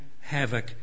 havoc